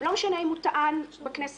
לא משנה אם הוא טען בכנסת